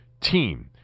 team